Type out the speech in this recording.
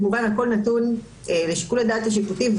כמובן הכול נתון לשיקול הדעת של השיפוטי,